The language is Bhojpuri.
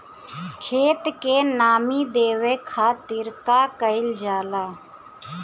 खेत के नामी देवे खातिर का कइल जाला?